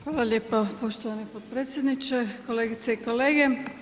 Hvala lijepo poštovani potpredsjedniče, kolegice i kolege.